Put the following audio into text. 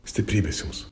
stiprybės jums